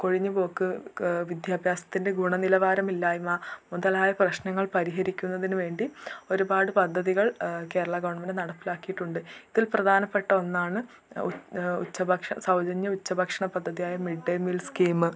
കൊഴിഞ്ഞു പോക്ക് ഒക്കെ വിദ്യാഭ്യാസത്തിൻ്റെ ഗുണനിലവാരമില്ലായ്മ മുതലായ പ്രശ്നങ്ങൾ പരിഹരിക്കുന്നതിനുവേണ്ടി പദ്ധതികൾ കേരളാ ഗവൺമെൻറ് നടപ്പിലാക്കിയിട്ടുണ്ട് ഇതിൽ പ്രധാനപെട്ട ഒന്നാണ് ഉച്ചഭക്ഷണ സൗജന്യ ഉച്ചഭക്ഷണം പദ്ധതിയായ മിഡ് ഡേ മീൽ സ്കീം